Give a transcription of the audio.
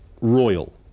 royal